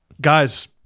Guys